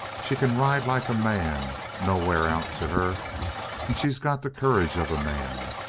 she can ride like a man no wear out to her and she's got the courage of a man.